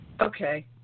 okay